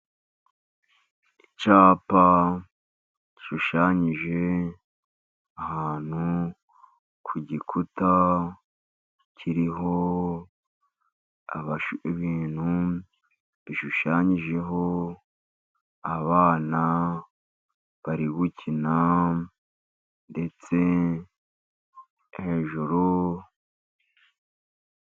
Icyapa gishushanyije ahantu ku gikuta, kiriho ibintu, gishushanyijeho abana bari gukina.